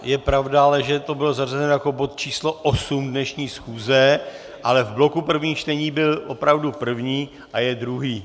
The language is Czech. Je pravda ale, že to bylo zařazeno jako bod číslo 8 dnešní schůze, ale v bloku prvních čtení byl opravdu první a je druhý.